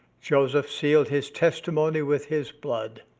joseph sealed his testimony with his blood.